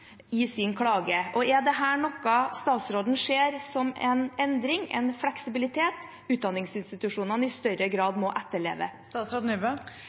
i sin klage. Er dette noe statsråden ser som en endring og en fleksibilitet utdanningsinstitusjonene i større grad må etterleve?